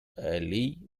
آلي